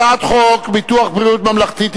הצעת חוק ביטוח בריאות ממלכתי (תיקון,